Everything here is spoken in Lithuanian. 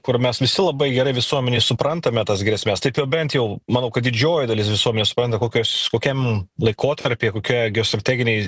kur mes visi labai gerai visuomenėj suprantame tas grėsmes taip bent jau manau kad didžioji dalis visuomenės supranta kokios kokiam laikotarpyje kokioje geostrateginėj